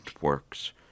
works